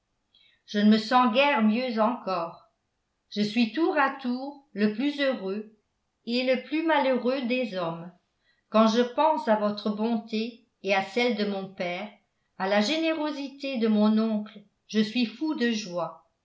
je ne me sens guère mieux encore je suis tour à tour le plus heureux et le plus malheureux des hommes quand je pense à votre bonté et à celle de mon père à la générosité de mon oncle je suis fou de joie